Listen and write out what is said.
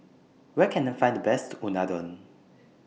Where Can I Find The Best Unadon